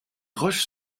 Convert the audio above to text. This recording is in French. roches